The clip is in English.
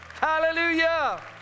Hallelujah